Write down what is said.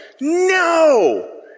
no